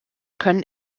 können